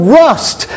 rust